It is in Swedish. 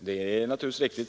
Herr talman!